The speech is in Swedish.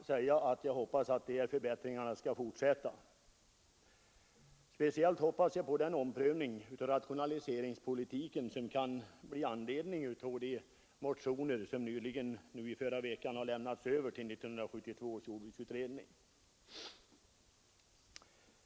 Jag hoppas att förbättringarna skall fortsätta. Speciellt hoppas jag på den omprövning av rationaliseringspolitiken som kan föranledas av de motioner som förra veckan lämnades över till 1972 års jordbruksutredning.